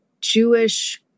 Jewish